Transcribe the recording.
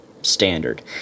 standard